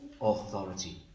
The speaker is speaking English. authority